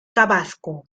tabasco